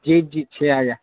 جی جی چھ ہزار